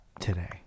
today